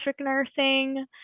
nursing